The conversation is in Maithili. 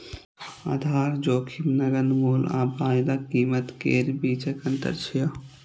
आधार जोखिम नकद मूल्य आ वायदा कीमत केर बीचक अंतर छियै